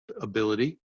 ability